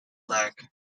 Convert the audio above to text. black